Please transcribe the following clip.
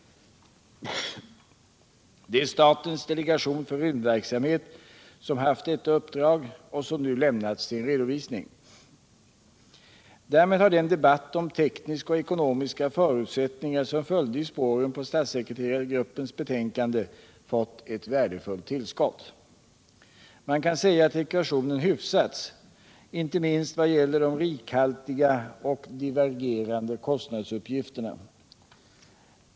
Det är statens delegation för rymdverksamhet som haft detta uppdrag och som nu lämnat sin redovisning. Därmed har den debatt om tekniska och ekonomiska förutsättningar som följde i spåren på statssekreterargruppens betänkande fått ett värdefullt tillskott. Man kan säga att ekvationen hyfsats inte minst vad gäller de rikhaltiga och divergerande kostnadsuppgifterna.